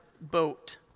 boat